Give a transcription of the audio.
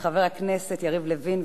חבר הכנסת יריב לוין,